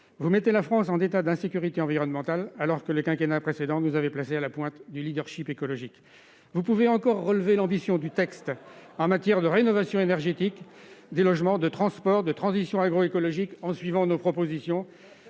Vous mettez la France en état d'insécurité environnementale, alors que le quinquennat précédent nous avait placés à la pointe du écologique. Vous pouvez encore relever l'ambition de ce texte en matière de rénovation énergétique des logements, de transports, de transition agroécologique en suivant nos propositions.